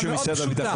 שאלה מאוד פשוטה.